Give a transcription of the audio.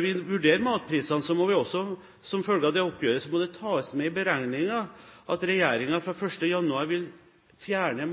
vi vurderer matprisene som følge av dette oppgjøret, må det tas med i beregningen at regjeringen fra 1. januar vil fjerne